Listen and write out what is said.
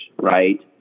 right